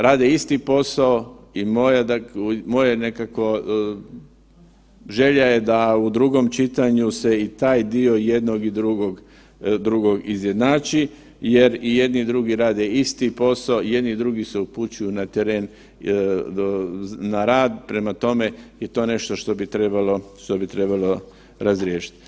Rade isti posao i moje je nekako želja je da u drugom čitanju se i taj dio jednog i drugog izjednači jer i jedni i drugi rade isti posao, jedni i drugi se upućuje na teren na rad, prema tome, i to je nešto što bi trebalo razriješiti.